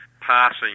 passing